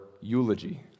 eulogy